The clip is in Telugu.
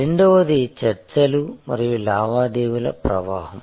రెండవది చర్చలు మరియు లావాదేవీల ప్రవాహం